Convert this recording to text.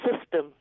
system